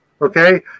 okay